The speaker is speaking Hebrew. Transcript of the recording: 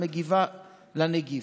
המגיבה לנגיף.